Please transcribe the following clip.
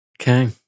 Okay